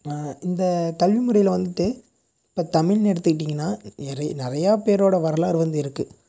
இந்த கல்வி முறையில் வந்துட்டு இப்போ தமிழ்னு எடுத்துக்கிட்டிங்கனால் நிறைய நிறையா பேரோடய வரலாறு வந்து இருக்குது